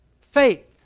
Faith